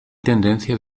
tendencia